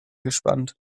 gespannt